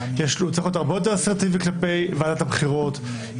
הוא צריך להיות הרבה יותר אסרטיבי כלפי ועדת הבחירות,